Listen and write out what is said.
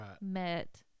met